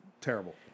terrible